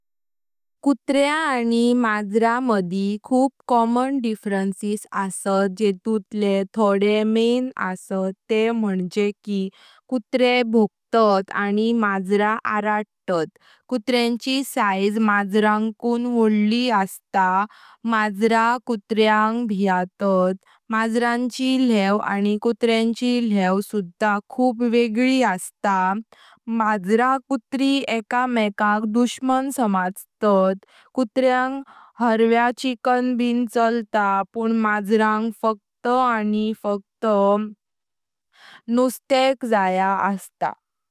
कुत्र्या आनी माजरा मदी खूप कॉमन डिफरन्स असत जेतुटले थोडे मेन असत ते मुण्जे की कुत्रे भोकतात आनी माजरा आरडतात। कुर्तांची साइज माजराकूं वडली अस्तां। माजरा कुत्रांग भीतात। माजराची ल्हेव आनी कुत्राची ल्हेव सुधा खूप वेगळी अस्तां। माजरा कुत्री एका मेकाक दुश्मन समजता। कुत्रांग हरव्या चिकन बी चालता पण माजरांग फक्त नुस्त्याक जायां।